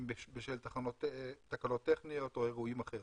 בשל תקלות טכניות או אירועים אחרים.